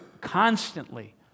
constantly